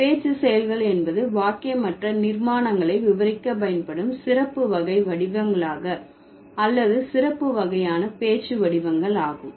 பேச்சு செயல்கள் என்பது வாக்கியமற்ற நிர்மாணங்களை விவரிக்க பயன்படும் சிறப்பு வகை வடிவங்களாக அல்லது சிறப்பு வகையான பேச்சு வடிவங்கள் ஆகும்